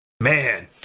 Man